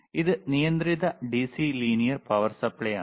ഇത് നിയന്ത്രിത DC linear power supply ആണ്